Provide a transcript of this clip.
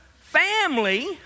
family